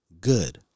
Good